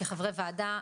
כחברי ועדה,